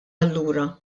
allura